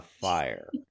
fire